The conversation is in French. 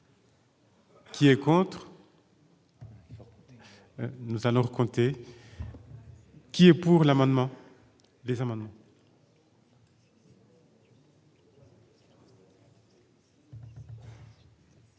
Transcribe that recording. qui est pour. Nous allons recompter, qui est pour l'amendement des amendements.